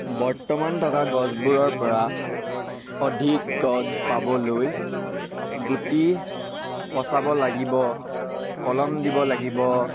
বৰ্তমান থকা গছবোৰৰপৰা অধিক গছ পাবলৈ গুটি পচাব লাগিব কলম দিব লাগিব